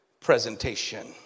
presentation